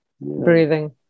breathing